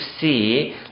see